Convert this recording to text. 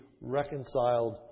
reconciled